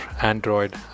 Android